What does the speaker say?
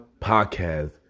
Podcast